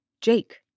Jake